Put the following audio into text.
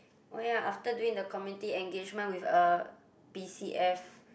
oh ya after doing the community engagement with a B_C_F